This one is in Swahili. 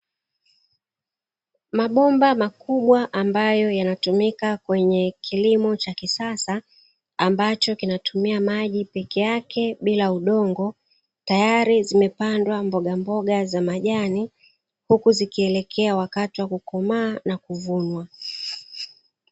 Mabomba makubwa ambayo yanatumika kwenye kilimo cha kisasa ambacho kinatumia maji peke yake bila udongo tayari zimepandwa mbogamboga za majani, huku zikielekea wakati wa kukomaa na kuvunwa.